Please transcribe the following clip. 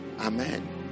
Amen